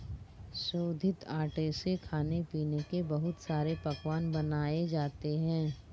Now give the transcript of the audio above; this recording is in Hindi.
शोधित आटे से खाने पीने के बहुत सारे पकवान बनाये जाते है